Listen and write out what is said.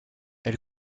elle